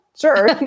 sure